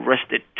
arrested